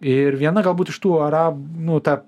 ir viena galbūt iš tų ara nu ta